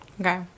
Okay